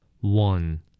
One